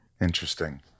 Interesting